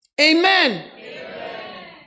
Amen